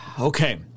Okay